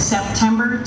September